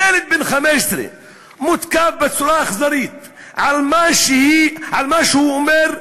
ילד בן 15 מותקף בצורה אכזרית על מה שהוא אומר: